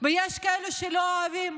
ויש כאלה שלא אוהבים,